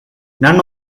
none